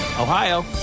Ohio